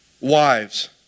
Wives